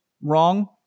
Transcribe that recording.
wrong